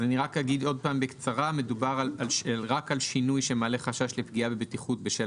אני אומר שוב בקצרה שמדובר רק על שינוי שמעלה חשש לפגיעה בבטיחות בשל